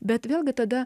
bet vėlgi tada